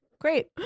Great